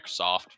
Microsoft